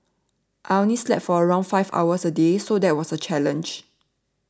I only slept for around five hours a day so that was a challenge